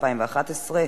התשע"א 2011,